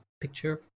picture